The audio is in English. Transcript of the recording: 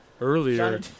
earlier